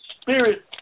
spirit